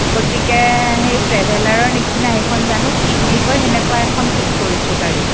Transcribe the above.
গতিকে সেই ট্ৰেভেলাৰৰ নিচিনা সেইখন জানো কি বুলি কয় সেনেকুৱা এখন ঠিক কৰিছোঁ গাড়ী